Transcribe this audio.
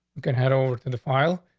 you can head over to the file,